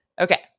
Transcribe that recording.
Okay